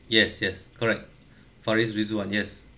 yes yes correct farid ridzuan yes